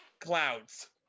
clouds